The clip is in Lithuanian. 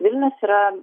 vilnius yra